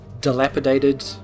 dilapidated